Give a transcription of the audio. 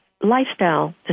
lifestyle